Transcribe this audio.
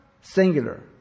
singular